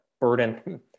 burden